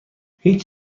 هیچ